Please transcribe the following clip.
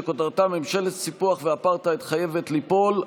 שכותרתה: ממשלת סיפוח ואפרטהייד חייבת ליפול.